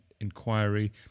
inquiry